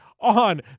on